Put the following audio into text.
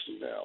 now